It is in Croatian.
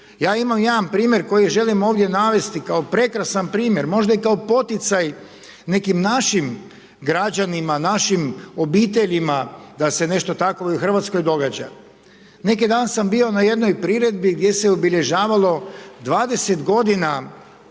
Ja imam jedan primjer koji želim ovdje navesti kao prekrasan primjer, možda i kao poticaj nekim našim građanima, našim obiteljima da se nešto tako i u Hrvatskoj događa. Neki dan sam bio na jednoj priredbi gdje se obilježavalo 20 godina